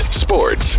sports